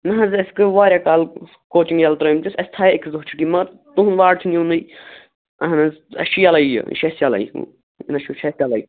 نہ حظ اسہِ پیٚو واریاہ کال کوچِنٛگ یلہٕ ترٛٲومٕتِس اَسہِ تھٲویے أکِس دۅہَس چُھٹی مَگر تُہُنٛد واڈ چھُنہٕ یِوانٕے آہَن حظ اسہِ چھُ یلَے یہِ یہِ چھُ اَسہِ یلَے اِنَسچوٗٹ چھُ اسہِ یلَے